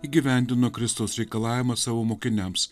įgyvendina kristaus reikalavimą savo mokiniams